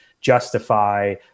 justify